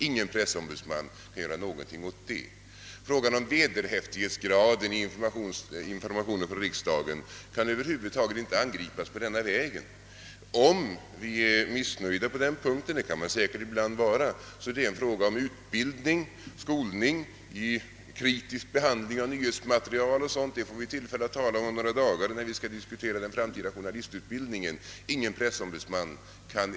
Ingen pressombudsman kan göra något åt den saken. Nej, vederhäftighetsgraden i informationerna från riksdagen är någonting som över huvud taget inte kan angripas den vägen. Om vi är missnöjda med förhållandena därvidlag — och det kan vi väl ibland vara — så är det en fråga om utbildning, skolning, kritisk behandling av nyhetsmaterial o. s. Vv. De sakerna får vi tillfälle att diskutera om några dagar, när vi skall debattera den framtida journalistutbildningen.